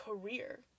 career